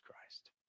Christ